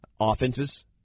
offenses